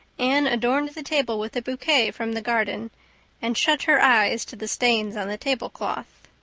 anne adorned the table with a bouquet from the garden and shut her eyes to the stains on the tablecloth.